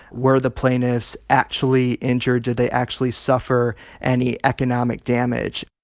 were the plaintiffs actually injured? did they actually suffer any economic damage?